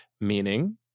Meaning